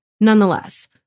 Nonetheless